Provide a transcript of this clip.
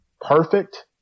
perfect